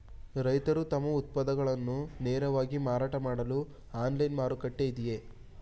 ರೈತರು ತಮ್ಮ ಉತ್ಪನ್ನಗಳನ್ನು ನೇರವಾಗಿ ಮಾರಾಟ ಮಾಡಲು ಆನ್ಲೈನ್ ಮಾರುಕಟ್ಟೆ ಇದೆಯೇ?